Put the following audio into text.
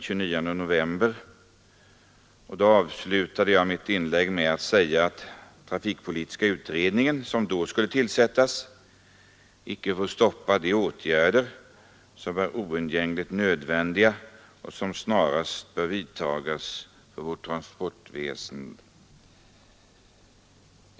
Jag avslutade då mitt inlägg med att säga att tillsättandet av trafikpolitiska utredningen, som var nära förestående, icke skulle få stoppa de åtgärder som är oundgängligen nödvändiga och som snarast bör vidtas för vårt transportväsen.